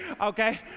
okay